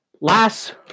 last